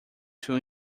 two